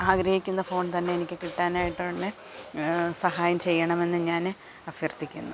ആഗ്രഹിക്കുന്ന ഫോൺ തന്നെ എനിക്ക് കിട്ടാനായിട്ടുള്ള സഹായം ചെയ്യണമെന്ന് ഞാൻ അഭ്യർത്ഥിക്കുന്നു